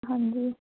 ਹਾਂਜੀ